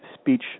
speech